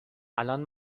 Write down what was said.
الان